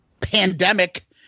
Pandemic